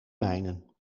mijnen